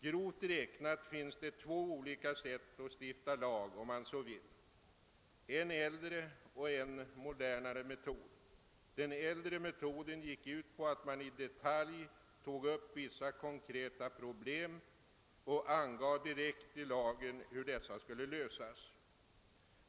Grovt räknat finns det två olika sätt att stifta lag: en äldre och en modernare metod. Den äldre metoden gick ut på att man i detalj tog upp vissa konkreta problem och angav direkt i lagen hur dessa skulle lösas.